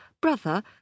brother